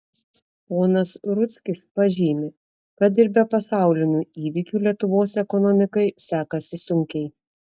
ponas rudzkis pažymi kad ir be pasaulinių įvykių lietuvos ekonomikai sekasi sunkiai